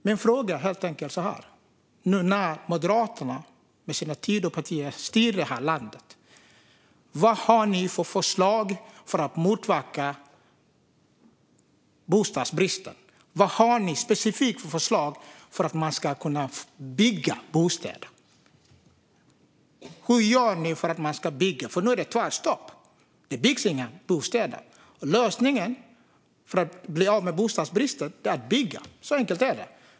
Min fråga, nu när Moderaterna med sina Tidöpartier styr detta land, är: Vad har ni specifikt för förslag för att motverka bostadsbristen och för att man ska kunna bygga bostäder? För nu är det tvärstopp. Det byggs inga bostäder. Men lösningen för att bli av med bostadsbristen är ju att bygga - så enkelt är det.